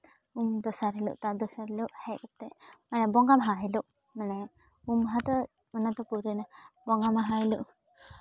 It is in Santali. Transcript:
ᱩᱢ ᱫᱚᱥᱟᱨ ᱦᱤᱞᱳᱜ ᱛᱟᱨ ᱫᱚᱥᱟᱨ ᱦᱤᱞᱳᱜ ᱦᱮᱡ ᱠᱟᱛᱮᱜ ᱢᱟᱱᱮ ᱵᱚᱸᱜᱟ ᱢᱟᱦᱟ ᱦᱤᱞᱳᱜ ᱢᱟᱱᱮ ᱩᱢ ᱢᱟᱦᱟ ᱫᱚ ᱯᱳᱭᱞᱳ ᱨᱮᱱᱟᱜ ᱵᱚᱸᱜᱟ ᱢᱟᱦᱟ ᱦᱤᱞᱳᱜ